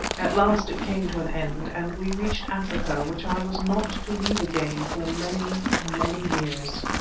at last it came to an end, and we reached africa, which i was not to leave again for many, many years.